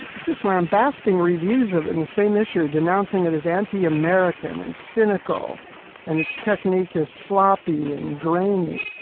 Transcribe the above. just lambasting reviews of and the same issue denouncing it as anti-american and cynical and its technique is sloppy and grainy.